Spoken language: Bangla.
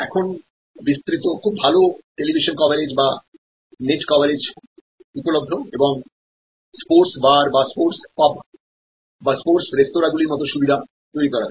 এখন বিস্তৃত খুব ভাল টেলিভিশন কভারেজ বা নেট কভারেজ উপলভ্য এবং স্পোর্টস বার বা স্পোর্টস পাব বা স্পোর্ট রেস্তোঁরাগুলির মতো সুবিধা তৈরি করা হয়েছে